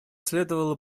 следовало